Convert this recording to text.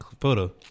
photo